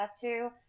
Tattoo